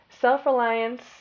Self-reliance